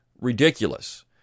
Ridiculous